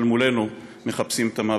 אבל מולנו מחפשים את המוות.